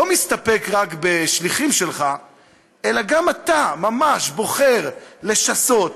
לא מסתפק רק בשליחים שלך אלא גם אתה ממש בוחר לשסות,